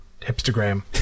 hipstagram